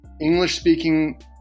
English-speaking